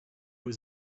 was